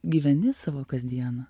gyveni savo kasdieną